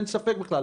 אין ספק בכך,